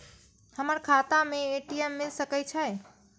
हमर खाता में ए.टी.एम मिल सके छै?